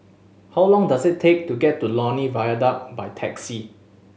how long does it take to get to Lornie Viaduct by taxi